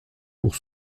pour